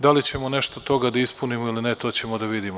Da li ćemo nešto od toga da ispunimo ili ne, to ćemo da vidimo.